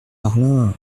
parla